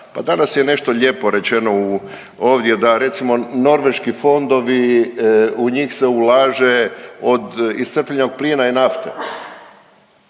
Pa danas je nešto lijepo rečeno ovdje da recimo norveški fondovi u njih se ulaže od iscrpljenog plina i nafte.